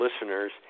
listeners